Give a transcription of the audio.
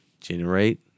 generate